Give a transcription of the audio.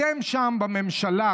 אתם שם בממשלה,